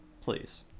please